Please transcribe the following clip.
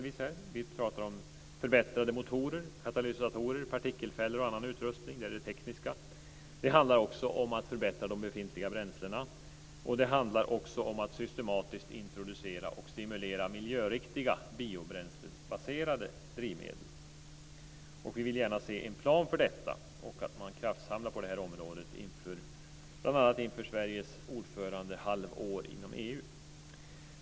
Vi pratar om förbättrade motorer, katalysatorer, partikelfällor och annan utrustning. Det är det tekniska. Det handlar också om att förbättra de befintliga bränslena och om att systematiskt introducera och stimulera miljöriktiga, biobränslebaserade drivmedel. Vi vill gärna se en plan för detta och att man kraftsamlar på det här området, bl.a. inför Sveriges ordförandehalvår i EU.